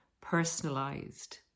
personalized